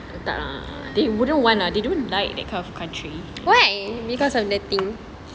tak lah they wouldn't want lah they don't like that kind of country